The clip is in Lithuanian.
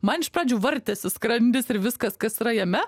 man iš pradžių vartėsi skrandis ir viskas kas yra jame